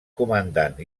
comandant